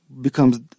becomes